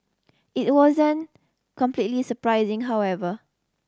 it wasn't completely surprising however